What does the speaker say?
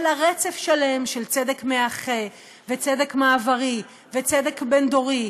אלא רצף שלם של צדק מאחה וצדק מעברי וצדק בין-דורי,